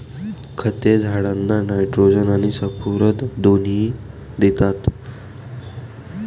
खते झाडांना नायट्रोजन आणि स्फुरद दोन्ही देतात